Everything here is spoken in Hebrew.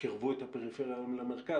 שקירבו את הפריפריה היום למרכז,